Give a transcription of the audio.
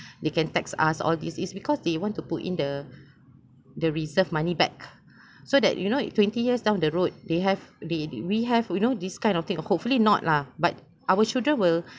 they can tax us all these is because they want to put in the the reserve money back so that you know twenty years down the road they have they we have you know this kind of thing hopefully not lah but our children will